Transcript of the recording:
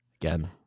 Again